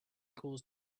cause